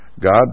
God